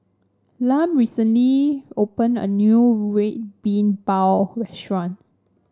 Lum recently opened a new Red Bean Bao restaurant